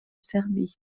serbie